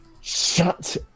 shut